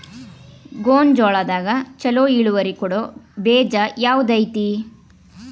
ಗೊಂಜಾಳದಾಗ ಛಲೋ ಇಳುವರಿ ಕೊಡೊ ಬೇಜ ಯಾವ್ದ್ ಐತಿ?